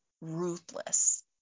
ruthless